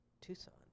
Tucson